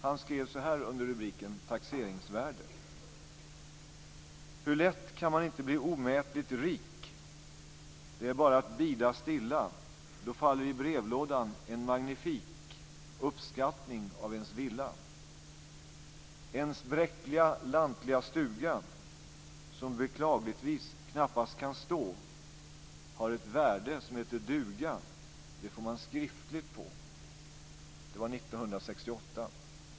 Han skrev så här under rubriken Taxeringsvärde. Hur lätt kan man inte bli omätligt rik! Det är bara att bida stilla. Då faller i brevlådan en magnifik uppskattning av ens villa. Ens bräckliga lantliga stuga som beklagligtvis knappast kan stå har ett värde som heter duga, det får man skriftligt på. Det var 1968.